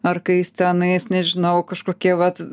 ar kai jis tenais nežinau kažkokie vat